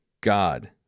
God